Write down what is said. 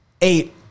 eight